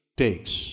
takes